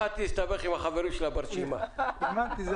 אימאן,